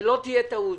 שלא תהיה טעות,